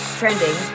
trending